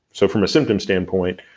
so from a symptom standpoint,